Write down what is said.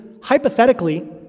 hypothetically